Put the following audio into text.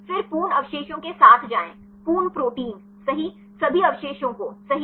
फिर पूर्ण अवशेषों के साथ जाएं पूर्ण प्रोटीन सही सभी अवशेषों को सही